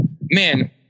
man